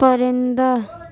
پرندہ